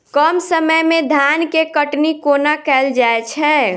कम समय मे धान केँ कटनी कोना कैल जाय छै?